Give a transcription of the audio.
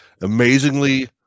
Amazingly